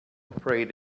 afraid